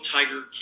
Tiger